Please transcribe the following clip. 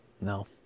No